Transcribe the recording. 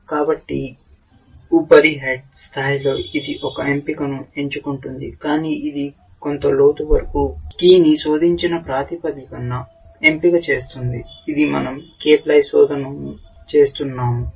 కాబట్టి ఉపరి హెడ్ స్థాయిలో ఇది ఒక ఎంపికను ఎంచుకుంటుంది కాని ఇది కొంత లోతు వరకు కీని శోధించిన ప్రాతిపదికన ఎంపిక చేస్తుంది ఇది మనం k ప్లై శోధన ను చేస్తున్నాము